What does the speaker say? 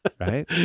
right